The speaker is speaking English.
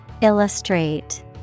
Illustrate